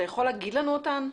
אתה יכול לומר לנו מה הן?